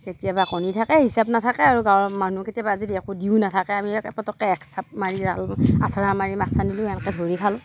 কেতিয়াবা কণী থাকে হিচাপ নাথাকে আৰু গাঁৱৰ মানুহ কেতিয়াবা যদি একো দিও নাথাকে আমি পটককৈ এক চাব মাৰি জাল আচাৰা মাৰি মাছ আনলিও এনেকৈ ধৰি খালোঁ